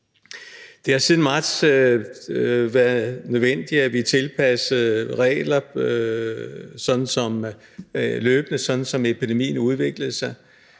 Det har siden marts været nødvendigt, at vi tilpassede regler løbende, sådan som epidemien udviklede sig.